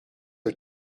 are